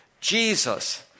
Jesus